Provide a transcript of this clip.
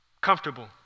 comfortable